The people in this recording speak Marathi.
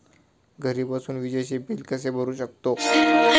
घरी बसून विजेचे बिल कसे भरू शकतो?